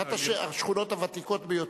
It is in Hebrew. זו אחת השכונות הוותיקות ביותר.